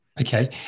Okay